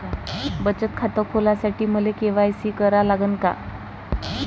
बचत खात खोलासाठी मले के.वाय.सी करा लागन का?